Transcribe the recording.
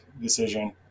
decision